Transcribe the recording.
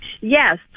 Yes